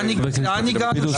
חבר הכנסת פינדרוס,